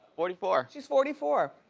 forty four. she's forty four.